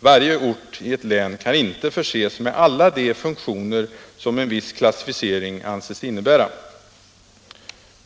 Varje ort i ett län kan inte förses med alla de funktioner som en viss klassificering anses innebära.